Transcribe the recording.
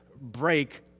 break